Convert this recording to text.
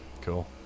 Cool